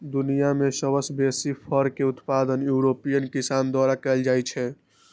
दुनिया मे सबसं बेसी फर के उत्पादन यूरोपीय किसान द्वारा कैल जाइ छै